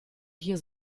hier